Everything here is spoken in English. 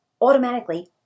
automatically